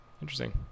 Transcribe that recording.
Interesting